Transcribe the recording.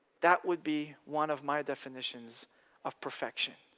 that would be one of my definitions of perfection.